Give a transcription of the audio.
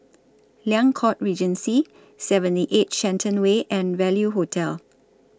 Liang Court Regency seventy eight Shenton Way and Value Hotel